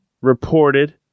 reported